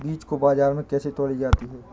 बीज को बाजार में कैसे तौली जाती है?